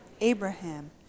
Abraham